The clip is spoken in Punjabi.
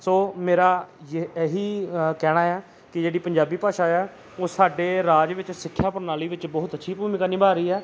ਸੋ ਮੇਰਾ ਯੇ ਇਹੀ ਕਹਿਣਾ ਆ ਕਿ ਜਿਹੜੀ ਪੰਜਾਬੀ ਭਾਸ਼ਾ ਆ ਉਹ ਸਾਡੇ ਰਾਜ ਵਿੱਚ ਸਿੱਖਿਆ ਪ੍ਰਣਾਲੀ ਵਿੱਚ ਬਹੁਤ ਅੱਛੀ ਭੂਮਿਕਾ ਨਿਭਾ ਰਹੀ ਹੈ